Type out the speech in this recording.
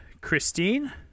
Christine